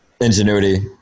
ingenuity